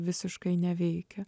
visiškai neveikia